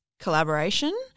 Collaboration